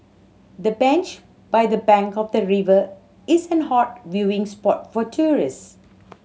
the bench by the bank of the river is an hot viewing spot for tourist